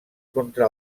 contra